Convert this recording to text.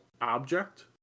object